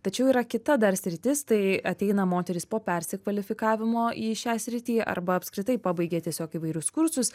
tačiau yra kita dar sritis tai ateina moterys po persikvalifikavimo į šią sritį arba apskritai pabaigė tiesiog įvairius kursus